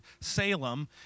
Salem